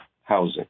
housing